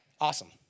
Awesome